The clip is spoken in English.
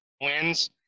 wins